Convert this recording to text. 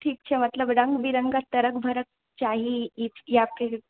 ठीक छै मतलब रङ्ग बिरङ्गा तड़क भड़क चाही आपकेँ